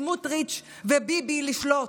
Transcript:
סמוטריץ' וביבי לשלוט.